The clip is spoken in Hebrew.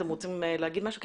אתם רוצים לומר משהו?